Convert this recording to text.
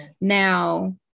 Now